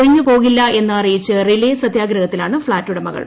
ഒഴിഞ്ഞുപോകില്ലാ എന്ന് അറിയിച്ച് റിലേ സത്യാഗ്രഹത്തിലാണ് ഫ്ളാറ്റ് ഉടമകൾ